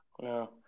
No